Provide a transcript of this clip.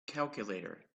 calculator